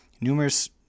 numerous